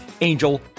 Angel